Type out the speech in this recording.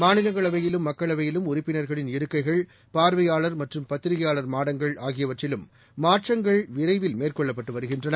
மாநிலங்களவையிலும் மக்களவையிலும் உறுப்பினர்களின் இருக்கைகள் பார்வையாளர் மற்றம் பத்திரிகையாளர் மாடங்கள் ஆகியவற்றிலும் மாற்றங்கள் விரைவில் மேற்கொள்ளப்பட்டுவருகின்றன